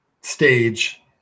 stage